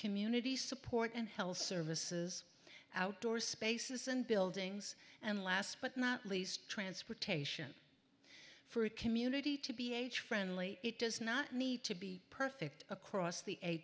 community support and health services outdoor spaces and buildings and last but not least transportation for a community to be age friendly it does not need to be perfect across the